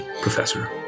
Professor